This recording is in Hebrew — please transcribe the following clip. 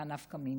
מה נפקא מינה,